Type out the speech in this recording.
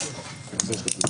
זה מה שמפריע, הבניין?